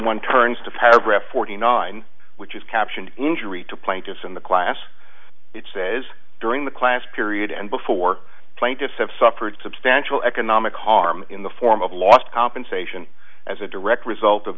one turns to paragraph forty nine which is captioned injury to plaintiffs in the class it says during the class period and before plaintiffs have suffered substantial economic harm in the form of lost compensation as a direct result of